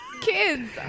Kids